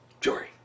Jory